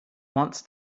wants